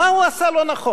מה הוא עשה לא נכון?